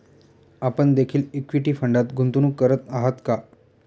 आपण देखील इक्विटी फंडात गुंतवणूक करत आहात का?